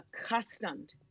accustomed